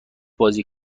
بازی